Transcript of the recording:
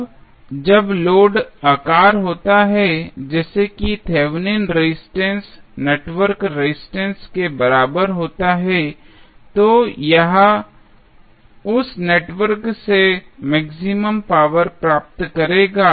अब जब लोड आकार होता है जैसे कि थेवेनिन रेजिस्टेंस नेटवर्क रेजिस्टेंस के बराबर होता है तो यह उस नेटवर्क से मैक्सिमम पावर प्राप्त करेगा